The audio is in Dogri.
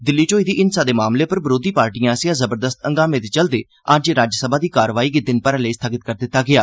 दिल्ली च होई दी हिंसा दे मामले पर बरोधी पार्टिए आसेआ जबरदस्त हंगामे दे चलदे अज्ज राज्यसभा दी कार्रवाई गी दिन भरै लेई स्थगित करी दित्ता गेआ